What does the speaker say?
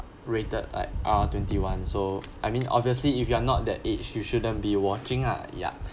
rated at r twenty one so I mean obviously if you are not that age you shouldn't be watching ah ya